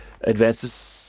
advances